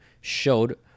showed